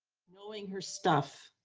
knowing her stuff,